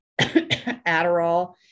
Adderall